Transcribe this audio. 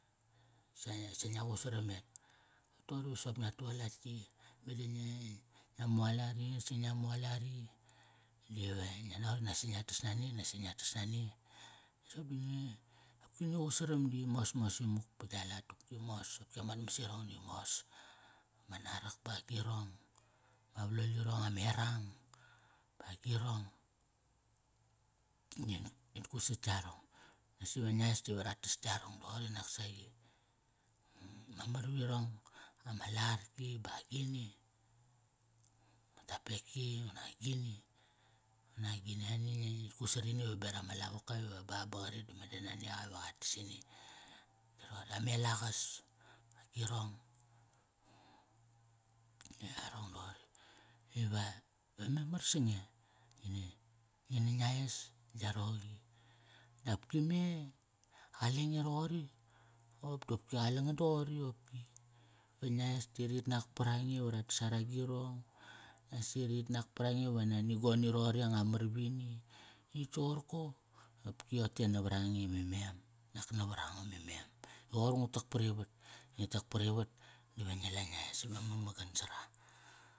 Sa ngia, sa ngia qut saram eh? Toqori va soqop ngia tualat yi. Meda ngia, si ngia mualat i, si ngia mualat i. Dive ngia naqot i si ngia tas nani, nasi ngia tas nani. Soqop di ngi qut saram di mosmos imuk pa gia lat. Ki mos, kopki amat mas irong di mos. Ma narak ba agirong. Ma valol irong ame erang ba agirong. Di ngi, ngit kut sat yarong. Nasi ve nges ti ratas yarong doqori naksaqi. Ma marvirong, ama larki ba gini. Ma topeki unak agini. Unak agini ani ngi, ngit kut sarini va berak ama lavoka ve ba, ba qa rir di meda nania qa ive qatas ini. Ba roqor amelaqas ba agirong di yarong doqori. Be va, va marmar sange ngi na, ngi na es da gia roqi. Dop me, qalenge roqori qop dopki qale ngan doqori qopki. Ki ngia es di rit nak parange va ra tas ara agirong? Si rit nak parange va nani goni roqori anga mar vini. Natk toqorko opki roqote navarange me mem. Nak navaranga me mem i qoir ngu tak parivat. Ngi tak parivat di va ngi la ngia es iva mamagan sa ra.